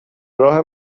راه